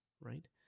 right